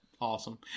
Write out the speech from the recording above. Awesome